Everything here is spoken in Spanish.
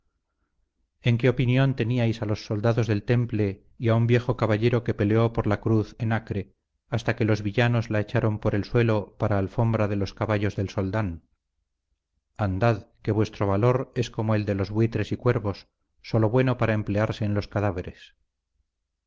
en qué opinión teníais a los soldados del temple y a un viejo caballero que peleó por la cruz en acre hasta que los villanos la echaron por el suelo para alfombra de los caballos del soldán andad que vuestro valor es como el de los buitres y cuervos sólo bueno para emplearse en los cadáveres